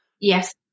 Yes